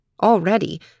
Already